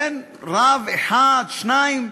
רב אחד, שניים.